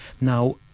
Now